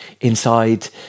inside